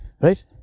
right